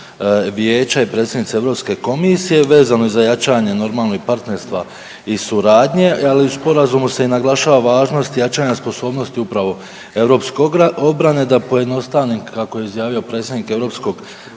EV-a i predsjednice EK-a vezano za jačanje, normalno i partnerstva i suradnje, ali i u sporazumu se naglašava važnost jačanja sposobnosti upravo europskog obrane, da pojednostavnim, kako je izjavio predsjednik EV-a,